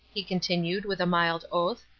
he continued, with a mild oath,